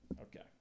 Okay